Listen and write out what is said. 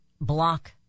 block